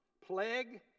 plague